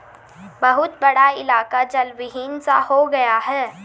बहुत बड़ा इलाका जलविहीन सा हो गया है